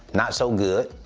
not so good.